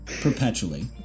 Perpetually